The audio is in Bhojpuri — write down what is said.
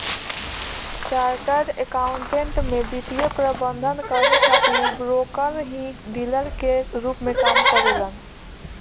चार्टर्ड अकाउंटेंट में वित्तीय प्रबंधन करे खातिर ब्रोकर ही डीलर के रूप में काम करेलन